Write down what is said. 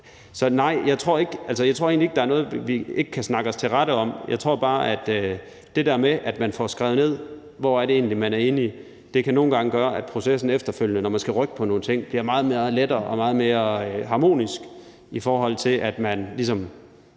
Så nej, jeg tror egentlig ikke, der er noget, vi ikke kan snakke os til rette om. Jeg tror bare, at det der med, at man får skrevet ned, hvor det egentlig er, man er enige, nogle gange kan gøre, at processen efterfølgende, når man skal rykke på nogle ting, bliver meget, meget lettere og meget mere harmonisk i forhold til ligesom